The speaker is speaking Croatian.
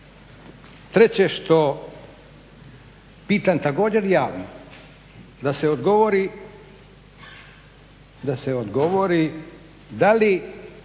Treće što pitam također ja da se odgovori da li